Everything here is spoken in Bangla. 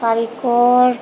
কারিগর